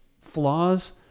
flaws